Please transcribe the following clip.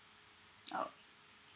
oh